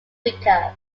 weaker